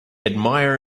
admire